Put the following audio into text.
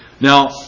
Now